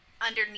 Underneath